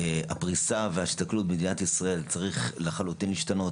הפריסה וההסתכלות במדינת ישראל צריכות להשתנות לחלוטין.